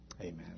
Amen